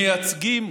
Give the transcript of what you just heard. מייצגים